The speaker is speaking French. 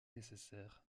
nécessaires